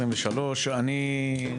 2023. אני,